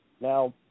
Now